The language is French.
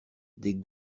des